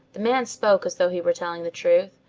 the man spoke as though he were telling the truth,